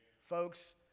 Folks